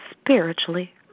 spiritually